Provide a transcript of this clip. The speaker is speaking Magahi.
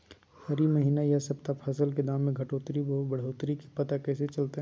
हरी महीना यह सप्ताह फसल के दाम में घटोतरी बोया बढ़ोतरी के पता कैसे चलतय?